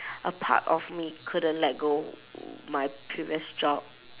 a part of me couldn't let go my previous job